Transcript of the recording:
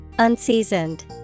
Unseasoned